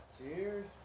Cheers